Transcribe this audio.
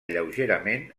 lleugerament